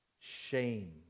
shame